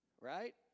Right